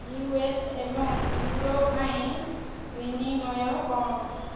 you S ଏବଂ euro ପାଇଁ ବିନିମୟ କ'ଣ